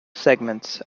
segments